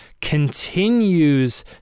continues